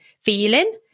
feeling